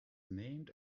named